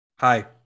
hi